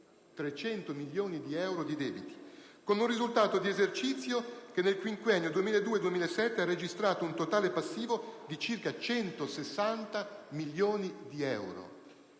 300 milioni di euro di debiti, con un risultato di esercizio che nel quinquennio 2002-2007 ha registrato un passivo totale di circa 160 milioni di euro.